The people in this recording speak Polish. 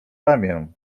ramię